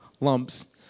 lumps